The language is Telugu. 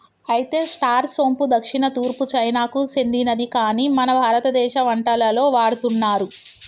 అయితే స్టార్ సోంపు దక్షిణ తూర్పు చైనాకు సెందినది కాని మన భారతదేశ వంటలలో వాడుతున్నారు